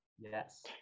yes